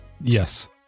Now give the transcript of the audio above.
Yes